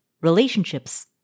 relationships